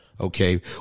Okay